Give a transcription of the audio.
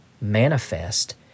manifest